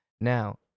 Now